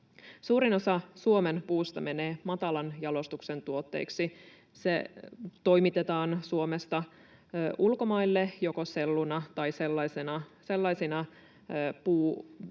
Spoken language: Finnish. Suurin osa Suomen puusta menee matalan jalostuksen tuotteiksi. Se toimitetaan Suomesta ulkomaille joko selluna tai sellaisina